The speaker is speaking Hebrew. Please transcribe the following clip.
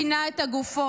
פינה את הגופות,